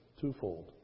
twofold